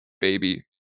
baby